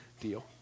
deal